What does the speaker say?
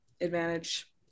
advantage